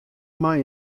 mei